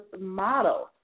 model